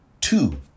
two